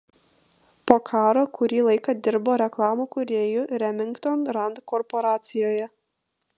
po karo kurį laiką dirbo reklamų kūrėju remington rand korporacijoje